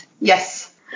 Yes